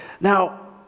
Now